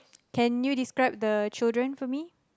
can you describe the children for me